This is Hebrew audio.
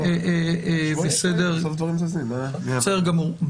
בסדר גמור.